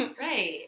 Right